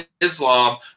Islam